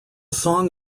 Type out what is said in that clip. song